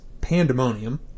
pandemonium